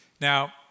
Now